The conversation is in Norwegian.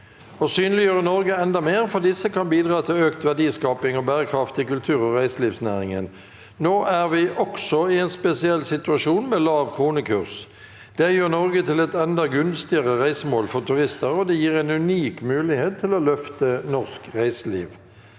Å synliggjøre Norge enda mer for disse kan bidra til økt ver- diskaping og bærekraft i kultur- og reiselivsnæringen. Nå er vi også i en spesiell situasjon med lav kronekurs. Det gjør Norge til et enda gunstigere reisemål for turister, og det gir en unik mulighet til å løfte norsk reiseliv.